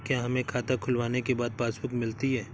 क्या हमें खाता खुलवाने के बाद पासबुक मिलती है?